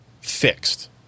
fixed